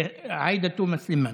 עאידה תומא סלימאן.